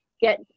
get